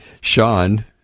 Sean